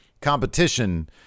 competition